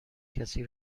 کسی